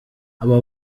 abo